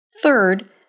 Third